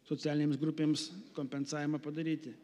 socialinėms grupėms kompensavimą padaryti